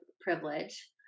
privilege